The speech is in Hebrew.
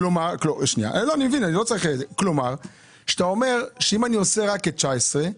כלומר, כשאתה אומר שאם אני עושה רק את 2019,